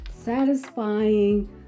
satisfying